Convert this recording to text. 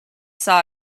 saw